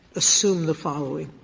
assume the following.